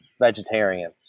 vegetarian